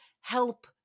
help